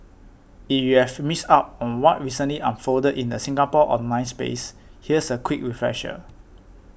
if you've missed out on what recently unfolded in the Singapore online space here's a quick refresher